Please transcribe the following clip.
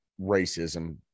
racism